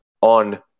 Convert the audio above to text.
on